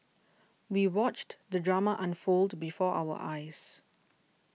we watched the drama unfold before our eyes